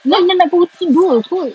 dia orang dah nak tunggu dua kot